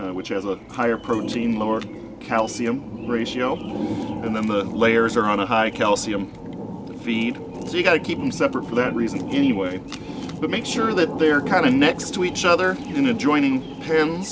feed which has a higher protein lower calcium ratio and then the layers are on a high calcium feed so you've got to keep them separate for that reason anyway to make sure that they're kind of next to each other in a joining